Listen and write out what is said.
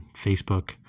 Facebook